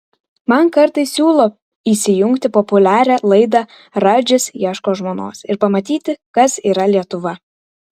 man kartais siūlo įsijungti populiarią laidą radžis ieško žmonos ir pamatyti kas yra lietuva